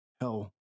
hell